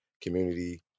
Community